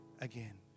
again